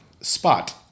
Spot